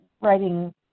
writing